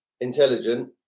intelligent